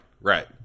right